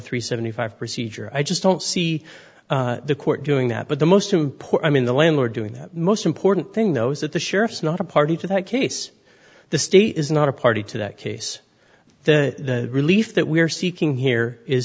three seventy five procedure i just don't see the court doing that but the most import i mean the landlord doing that most important thing though is that the sheriff's not a party to that case the state is not a party to that case the relief that we're seeking here is